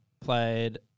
played